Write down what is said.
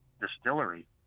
distillery